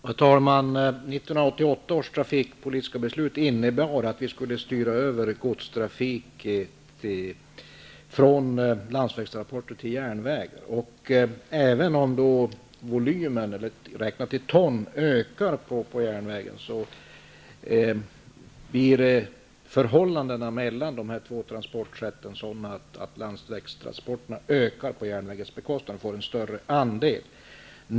Herr talman! 1988 års trafikpolitiska beslut innebar att vi skulle styra över godstrafik från landsvägstransporter till järnvägstransporter. Även om volymen räknad i ton ökar på järnvägen blir förhållandet mellan de två olika transportsätten att landsvägstransporterna ökar på järnvägstransporternas bekostnad. Andelen transporter på landsväg blir alltså större.